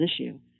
issue